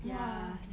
ya